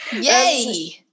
Yay